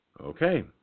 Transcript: Okay